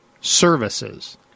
Services